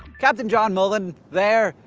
captain john mullen, there,